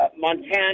Montana